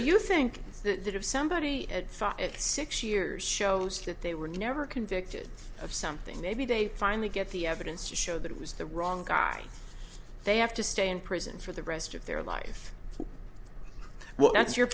you think that that of somebody at five at six years shows that they were never convicted of something maybe they finally get the evidence to show that it was the wrong guy they have to stay in prison for the rest of their life well that's your